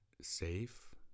safe